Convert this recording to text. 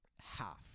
half